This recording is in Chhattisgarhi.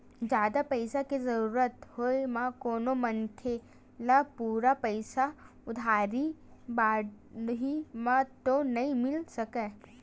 जादा पइसा के जरुरत होय म कोनो मनखे ल पूरा पइसा उधारी बाड़ही म तो नइ मिल सकय